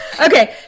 Okay